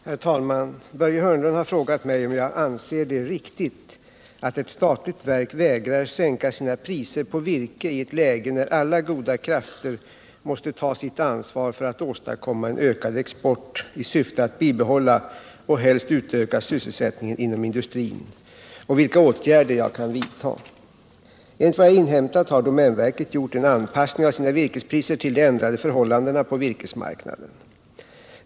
Herr talman! Börje Hörnlund har frågat mig om jag anser det riktigt att ett statligt verk vägrar sänka sina priser på virke i ett läge när alla goda krafter måste ta sitt ansvar för att åstadkomma en ökad export i syfte att bibehålla och helst utöka sysselsättningen inom industrin och vilka åtgärder jag kan vidta. Enligt vad jag inhämtat har domänverket gjort en anpassning av sina virkespriser till de ändrade förhållandena på virkesmarknaden.